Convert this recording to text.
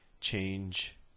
change